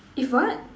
if what